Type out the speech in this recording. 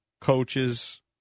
coaches